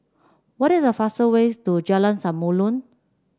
what is the fastest way to Jalan Samulun